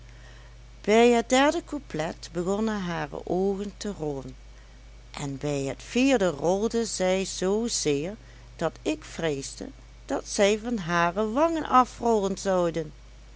bij het derde couplet begonnen hare oogen te rollen en bij het vierde rolden zij zoo zeer dat ik vreesde dat zij van hare wangen afrollen zouden